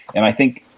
and i think,